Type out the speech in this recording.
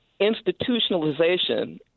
institutionalization